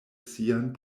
sian